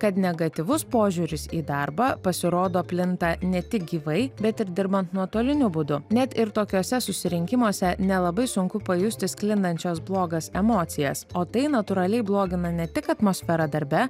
kad negatyvus požiūris į darbą pasirodo plinta ne tik gyvai bet ir dirbant nuotoliniu būdu net ir tokiuose susirinkimuose nelabai sunku pajusti sklindančios blogas emocijas o tai natūraliai blogina ne tik atmosferą darbe